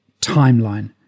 timeline